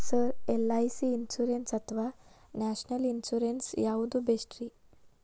Sir LIC insurance ಅಥವಾ national insurance ಯಾವುದು ಬೆಸ್ಟ್ರಿ?